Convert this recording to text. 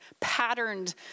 patterned